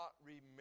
remember